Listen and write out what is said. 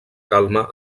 calma